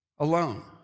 Alone